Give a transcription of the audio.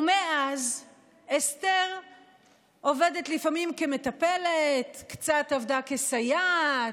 ומאז אסתר עובדת לפעמים כמטפלת, קצת עבדה כסייעת,